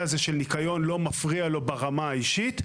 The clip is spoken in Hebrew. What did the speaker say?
הזה של ניקיון לא מפריע לו ברמה האישית,